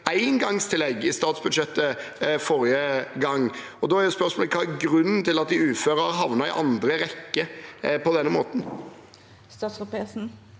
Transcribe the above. engangstillegg i statsbudsjettet forrige gang. Da er spørsmålet: Hva er grunnen til at de uføre har havnet i andre rekke på denne måten?